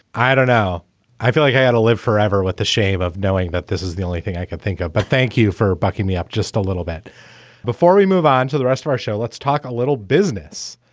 i i don't know i feel like i had ah to live forever with the shame of knowing that this is the only thing i could think of. but thank you for backing me up just a little bit before we move on to the rest of our show. let's talk a little business,